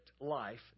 life